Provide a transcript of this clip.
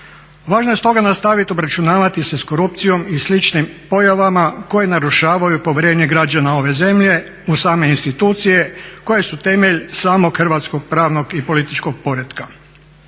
Važno je stoga nastavit obračunavati se sa korupcijom i sličnim pojavama koje narušavaju povjerenje građana ove zemlje u same institucije koje su temelj samog hrvatskog pravnog i političkog poretka.